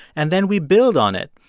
and then we build on it.